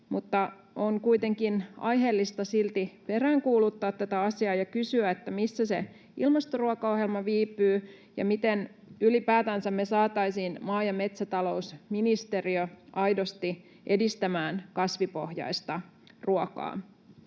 on kuitenkin aiheellista silti peräänkuuluttaa tätä asiaa ja kysyä, missä se ilmastoruokaohjelma viipyy ja miten me ylipäätänsä saataisiin maa- ja metsätalousministeriö aidosti edistämään kasvipohjaista ruokaa.